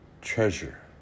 treasure